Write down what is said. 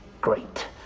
Great